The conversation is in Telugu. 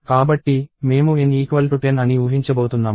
కాబట్టి మేము N10 అని ఊహించబోతున్నాము